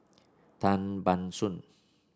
Tan Ban Soon